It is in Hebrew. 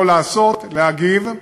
לא לעשות, להגיב.